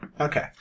Okay